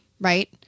right